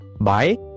Bye